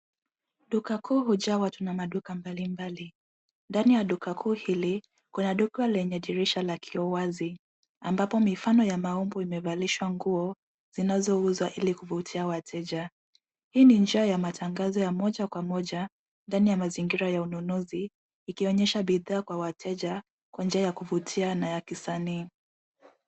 Duka kuu hujaa watu na maduka mbalimbali. Ndani ya duka kuu hili kuna duka lenye dirisha la kioo wazi ambapo mifano ya maumbo imevalishwa nguo zinazouzwa ili kuvutia wateja. Hii ni njia ya matangazo ya moja kwa moja ndani ya mazingira ya ununuzi ikionyesha bidhaa kwa wateja kwa njia ya kuvutia na kisani.